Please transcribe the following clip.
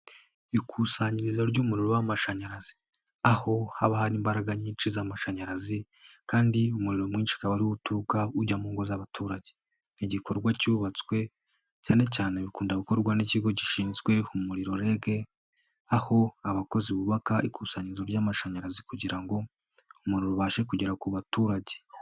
Ikusanyirizo ry'umuriro w'amashanyarazi, aho haba hari imbaraga nyinshi z'amashanyarazi, kandi umuriro mwinshi ukaba ari ho uturuka ujya mu ngo z'abaturage. Ni igikorwa cyubatswe cyane cyane bikunda gukorwa n'ikigo gishinzwemuriro REG, aho abakozi bubaka ikusanyizo ry'amashanyarazi kugira ngo umuriro ubashe kugera ku baturage.